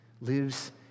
lives